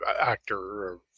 actor